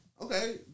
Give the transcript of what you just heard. Okay